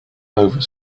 over